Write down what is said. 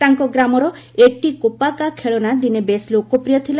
ତାଙ୍କ ଗ୍ରାମର ଏଟି କୋପାକା ଖେଳନା ଦିନେ ବେଶ୍ ଲୋକପ୍ରିୟ ଥିଲା